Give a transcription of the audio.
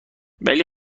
ولی